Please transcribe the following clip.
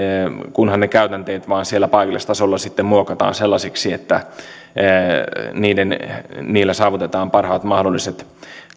kunhan ne käytänteet paikallistasolla muokataan sellaisiksi että niillä saavutetaan parhaat mahdolliset